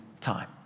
time